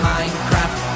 Minecraft